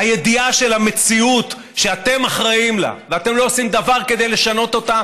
הידיעה על המציאות שאתם אחראים לה ואתם לא עושים דבר כדי לשנות אותה,